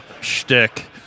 shtick